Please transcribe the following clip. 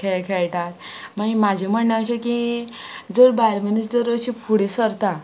खेळ खेळटात मागीर म्हजें म्हणणें अशें की जर बायल मनीस जर अशी फुडें सरता